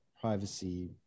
privacy